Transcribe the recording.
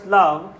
love